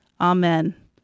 Amen